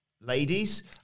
ladies